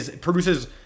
produces